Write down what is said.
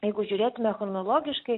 jeigu žiūrėtume chronologiškai